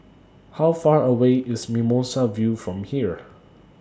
How Far away IS Mimosa View from here